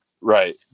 right